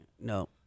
no